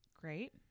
Great